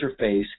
interface